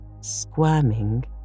squirming